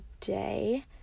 today